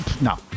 No